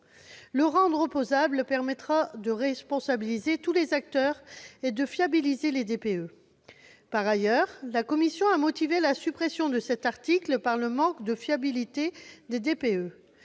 Le rendre opposable permettra de responsabiliser tous les acteurs et de fiabiliser les DPE. Par ailleurs, la commission a motivé la suppression du présent article par le manque de fiabilité des DPE.